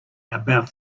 about